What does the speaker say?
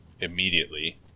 immediately